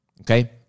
okay